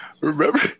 Remember